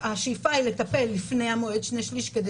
את השאיפה היא לטפל לפני מועד שני שליש כדי